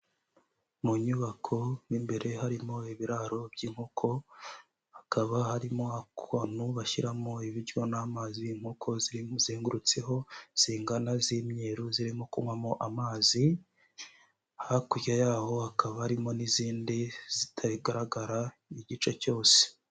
Mu nyubako mo mbere harimo ibiraro by'inkoko, hakaba harimo akantu bashyiramo ibiryo n'amazi, inkoko zizengurutseho zingana z'imyeru zirimo kunywamo amazi, hakurya yaho hakaba harimo n'izindi zitagaragara igice cyose.